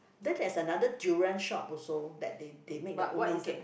then there's another durian shop also that they they make their own mooncake